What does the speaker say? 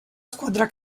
squadra